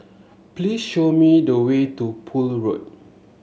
please show me the way to Poole Road